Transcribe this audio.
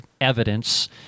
evidence